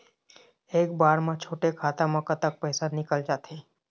एक बार म छोटे खाता म कतक पैसा निकल जाथे?